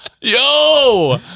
Yo